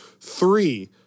Three